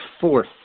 fourth